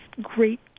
great